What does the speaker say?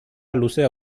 luzea